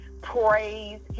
praise